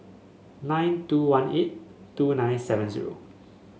nine two one eight two nine seven zero